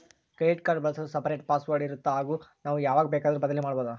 Credit card ಬಳಸಲು separate password ಇರುತ್ತಾ ಹಾಗೂ ನಾವು ಯಾವಾಗ ಬೇಕಾದರೂ ಬದಲಿ ಮಾಡಬಹುದಾ?